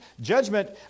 Judgment